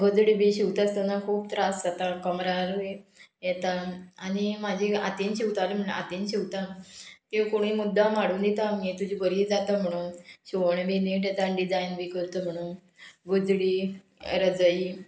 गोजडी बी शिंवता आसतना खूब त्रास जाता कमरारूय येता आनी म्हाजी हातीन शिंवताली म्हणून हातीन शिंवता त्यो कोणूय मुद्दाम हाडून दिता आमी तुजी बरी जाता म्हणून शिवण बी नीट येता आनी डिजायन बी करता म्हणून गोजडी रजई